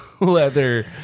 leather